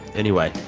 anyway,